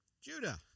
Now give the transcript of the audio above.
Judah